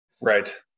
right